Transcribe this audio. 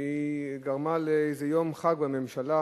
שגרמה לאיזה יום חג בממשלה,